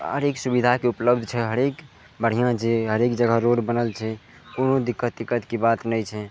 हरेक सुविधा छै उपलब्ध छै हरेक बढ़िआँ छै हरेक जगह रोड बनल छै कोनो दिक्कत तिक्कत के बात नहि छै